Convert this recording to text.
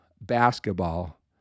basketball